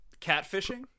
catfishing